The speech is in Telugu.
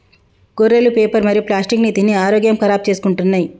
గొర్రెలు పేపరు మరియు ప్లాస్టిక్ తిని ఆరోగ్యం ఖరాబ్ చేసుకుంటున్నయ్